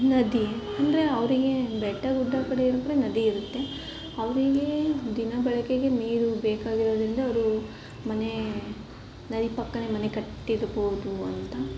ನದಿ ಅಂದರೆ ಅವರಿಗೆ ಬೆಟ್ಟ ಗುಡ್ಡ ಕಡೆ ಇರೋ ಕಡೆ ನದಿ ಇರುತ್ತೆ ಅವರಿಗೆ ದಿನಬಳಕೆಗೆ ನೀರು ಬೇಕಾಗಿರೋದರಿಂದ ಅವರು ಮನೆ ನದಿ ಪಕ್ಕವೇ ಮನೆ ಕಟ್ಟಿರ್ಬೋದು ಅಂತ